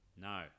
No